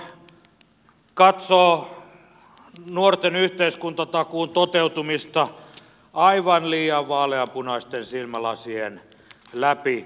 edustaja gustafsson katsoo nuorten yhteiskuntatakuun toteutumista aivan liian vaaleanpunaisten silmälasien läpi